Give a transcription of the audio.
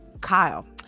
Kyle